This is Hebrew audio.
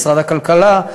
משרד הכלכלה,